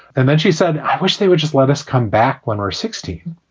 and then she said, i wish they would just let us come back when we're sixteen.